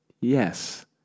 Yes